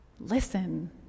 Listen